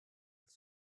with